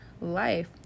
life